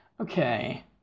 Okay